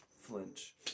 flinch